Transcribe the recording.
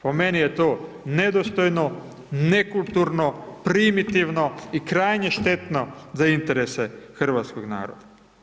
Po meni je to nedostojno, nekulturno, primitivno i krajnje štetno za interese hrvatskog naroda.